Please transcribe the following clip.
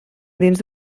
dins